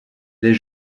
les